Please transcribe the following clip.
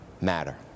matter